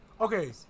Okay